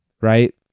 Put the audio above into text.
right